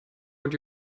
what